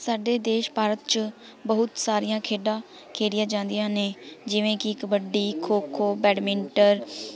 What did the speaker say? ਸਾਡੇ ਦੇਸ਼ ਭਾਰਤ 'ਚ ਬਹੁਤ ਸਾਰੀਆਂ ਖੇਡਾਂ ਖੇਡੀਆਂ ਜਾਂਦੀਆਂ ਨੇ ਜਿਵੇਂ ਕਿ ਕਬੱਡੀ ਖੋ ਖੋ ਬੈਡਮਿੰਟਨ